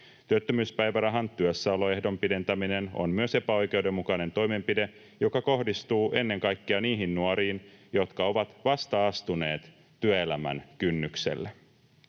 Työttömyyspäivärahan työssäoloehdon pidentäminen on myös epäoikeudenmukainen toimenpide, joka kohdistuu ennen kaikkea niihin nuoriin, jotka ovat vasta astuneet työelämän kynnykselle.